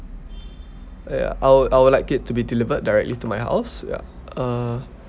ya I would I would like it to be delivered directly to my house ya uh